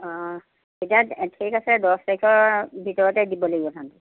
অঁ এতিয়া ঠিক আছে দচ তাৰিখৰ ভিতৰতে দিব লাগিব ধান